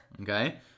Okay